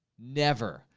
never.